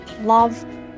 love